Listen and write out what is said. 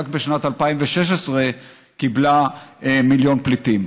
שרק בשנת 2016 קיבלה מיליון פליטים.